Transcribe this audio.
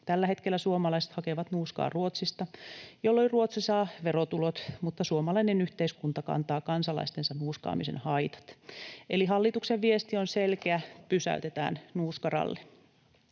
Tällä hetkellä suomalaiset hakevat nuuskaa Ruotsista, jolloin Ruotsi saa verotulot, mutta suomalainen yhteiskunta kantaa kansalaistensa nuuskaamisen haitat. Eli hallituksen viesti on selkeä: pysäytetään nuuskaralli.